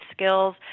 skills